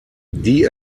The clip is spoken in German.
die